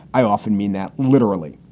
i often mean that literally.